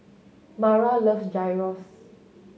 Mara loves Gyros